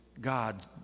God